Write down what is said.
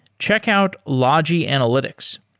check out logi analytics.